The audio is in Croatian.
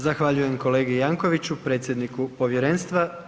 Zahvaljujem kolegi Jankoviscu, predsjedniku povjerenstva.